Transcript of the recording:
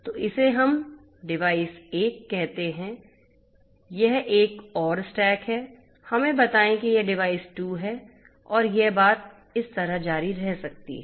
तोइसे हम डिवाइस 1 कहते है यह एक और स्टैक है हमें बताएं कि यह डिवाइस 2 है और यह बात इस तरह जारी रह सकती है